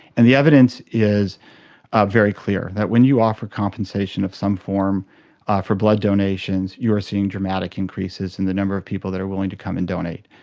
and the evidence is very clear, that when you offer compensation of some form for blood donations, you are seeing dramatic increases in the number of people that are willing to come and donate.